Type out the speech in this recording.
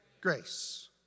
Grace